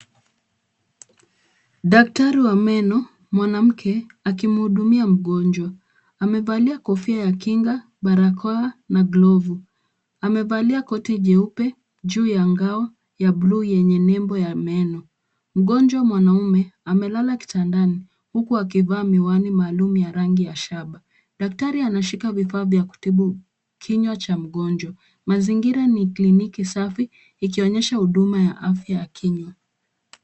Daktari wa meno mwanamke akimhudumia mgonjwa. Amevalia kofia ya kinga, barakoa na glovu. Amevalia koti jeupe juu ya ngao ya buluu yenye nembo ya meno. Mgonjwa mwanamume amelala kitandani huku akivaa miwani maalum ya rangi ya shaba. Daktari anashika vifaa vya kutibu kinywa cha mgonjwa. Mazingira ni kliniki safi ikionyesha huduma ya afya ya kinywa.